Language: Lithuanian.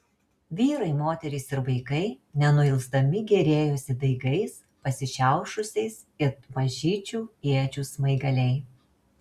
vyrai moterys ir vaikai nenuilsdami gėrėjosi daigais pasišiaušusiais it mažyčių iečių smaigaliai